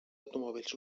automòbils